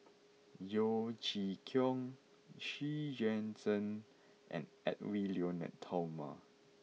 Yeo Chee Kiong Xu Yuan Zhen and Edwy Lyonet Talma